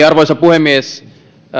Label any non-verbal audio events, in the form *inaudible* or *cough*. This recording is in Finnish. *unintelligible* arvoisa puhemies